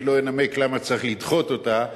אני לא אנמק למה צריך לדחות אותה,